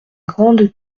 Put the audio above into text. grande